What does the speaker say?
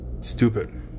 stupid